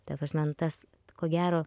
ta prasme nu tas ko gero